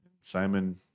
Simon